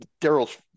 Daryl's